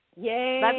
Yay